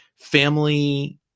family